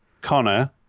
Connor